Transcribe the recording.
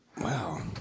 Wow